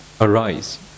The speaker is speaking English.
arise